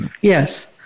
Yes